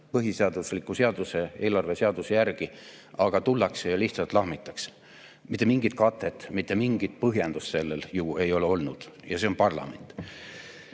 põhiseadusliku eelarveseaduse järgi, aga tullakse ja lihtsalt lahmitakse. Mitte mingit katet, mitte mingit põhjendust sellel ju ei ole olnud. Ja see on parlament!